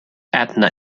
etna